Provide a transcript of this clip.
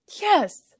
Yes